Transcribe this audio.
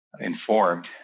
informed